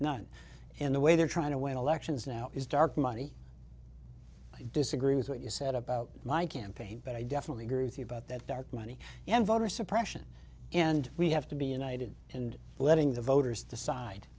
not in the way they're trying to win elections now is dark money i disagree with what you said about my campaign but i definitely agree with you about that dark money and voter suppression and we have to be united and letting the voters decide